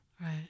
Right